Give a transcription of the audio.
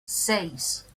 seis